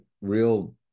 real